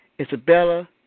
Isabella